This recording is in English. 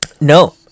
No